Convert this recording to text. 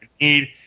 need